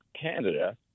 Canada